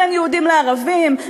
בין יהודים לערבים,